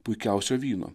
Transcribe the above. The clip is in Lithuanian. puikiausio vyno